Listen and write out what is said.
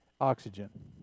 oxygen